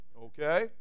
Okay